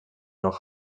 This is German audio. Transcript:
noch